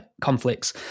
conflicts